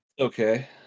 okay